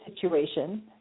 situation